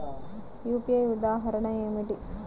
UPI ఉదాహరణ ఏమిటి?